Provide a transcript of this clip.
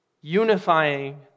unifying